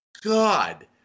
God